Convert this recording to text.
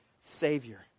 Savior